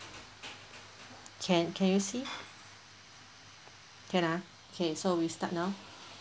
can can you see can ah okay so we start now